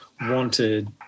wanted